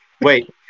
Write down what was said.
Wait